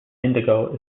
indigo